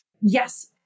Yes